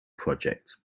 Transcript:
project